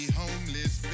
homeless